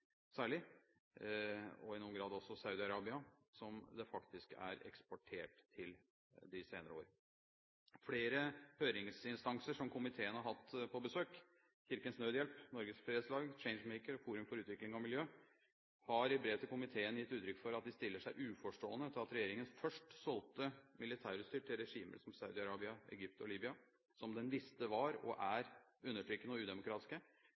særlig, og i noen grad også Saudi-Arabia, som det faktisk er eksportert til de senere år. Flere høringsinstanser som komiteen har hatt på besøk, Kirkens Nødhjelp, Norges Fredslag, Changemaker og Forum for Utvikling og Miljø, har i brev til komiteen gitt uttrykk for at de stiller seg uforstående til at regjeringen først solgte militærutstyr til regimer som Saudi-Arabia, Egypt og Libya, som den visste var – og er – undertrykkende og udemokratiske,